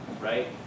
right